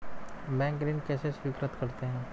Bank ऋण कैसे स्वीकृत करते हैं?